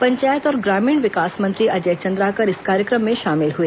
पंचायत और ग्रामीण विकास मंत्री अजय चन्द्राकर इस कार्यक्रम में शामिल हुए